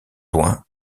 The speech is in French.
loin